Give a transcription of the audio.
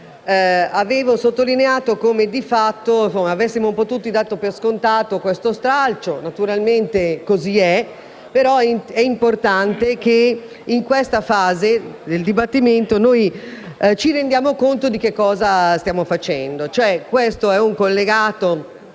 avevo sottolineato come, di fatto, avessimo tutti dato per scontato questo stralcio. Naturalmente così è, ma è importante che in questa fase del dibattimento ci rendiamo conto di cosa stiamo facendo.